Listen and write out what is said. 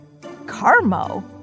Carmo